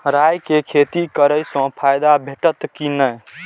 राय के खेती करे स फायदा भेटत की नै?